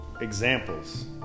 examples